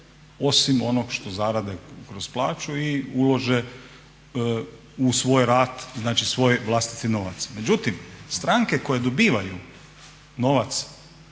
osim onog što zarade kroz plaću i ulože u svoj rad, znači svoj vlastiti novac. Međutim, stranke koje dobivaju novac